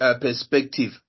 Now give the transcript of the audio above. perspective